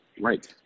right